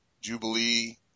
Jubilee